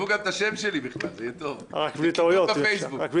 (1)ביקשה סיעה לקבל